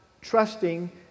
trusting